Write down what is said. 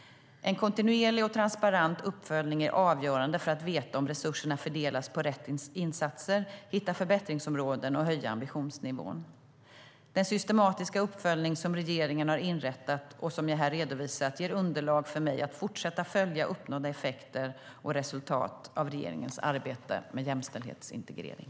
En kontinuerlig och transparent uppföljning är avgörande för att veta om resurserna fördelas på rätt insatser, hitta förbättringsområden och höja ambitionsnivån. Den systematiska uppföljning som regeringen har inrättat och som jag här redovisat ger underlag för mig att fortsätta följa uppnådda effekter och resultat av regeringens arbete med jämställdhetsintegrering.